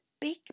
big